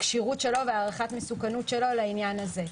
כשירות שלו והערכת מסוכנות שלו לנושא הזה.